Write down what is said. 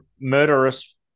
murderous